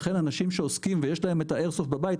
לכן אנשים שעוסקים ויש להם את האיירסופט בבית,